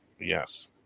Yes